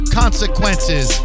consequences